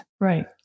Right